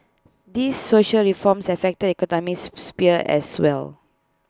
these social reforms affect the economic sphere as well